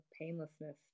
painlessness